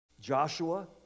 joshua